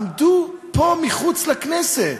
עמדו פה מחוץ לכנסת.